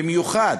במיוחד